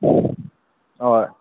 ꯍꯣꯏ